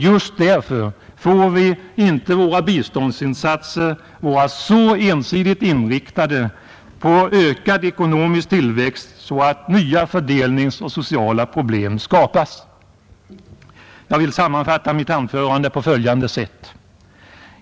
Just därför får inte våra biståndsinsatser vara så ensidigt inriktade på ökad ekonomisk tillväxt att nya fördelningsoch sociala problem skapas. Jag vill sammanfatta mitt anförande på följande sätt.